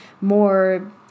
more